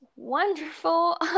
wonderful